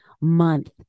month